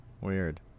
Weird